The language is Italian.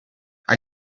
hai